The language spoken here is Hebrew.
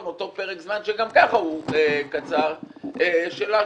אותו פרק זמן שגם ככה הוא קצר של השירות.